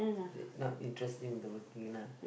they not interesting the working lah